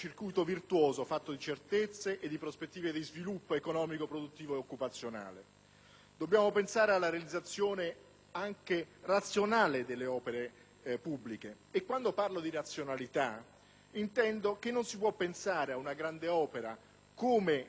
Dobbiamo pensare alla realizzazione anche razionale delle opere pubbliche e quando parlo di razionalità intendo che non si può pensare a una grande opera come il ponte sullo Stretto se le infrastrutture che ad esso si innestano sono da Terzo mondo.